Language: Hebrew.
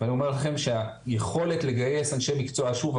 ואני אומר לכם שהיכולת לגייס אנשי מקצוע שוב.